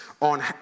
on